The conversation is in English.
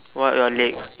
what your leg